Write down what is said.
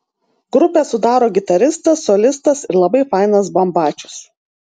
grupę sudaro gitaristas solistas ir labai fainas bambačius